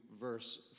verse